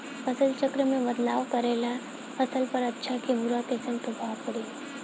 फसल चक्र मे बदलाव करला से फसल पर अच्छा की बुरा कैसन प्रभाव पड़ी?